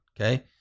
okay